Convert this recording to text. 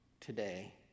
today